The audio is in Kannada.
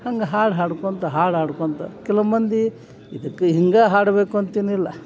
ಹಂಗೆ ಹಾಡು ಹಾಡ್ಕೊತ ಹಾಡು ಹಾಡ್ಕೊಂತ ಕೆಲವು ಮಂದಿ ಇದಕ್ಕೆ ಹಿಂಗೆ ಹಾಡಬೇಕು ಅಂತೇನಿಲ್ಲ